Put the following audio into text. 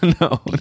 No